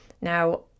Now